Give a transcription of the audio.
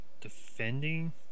defending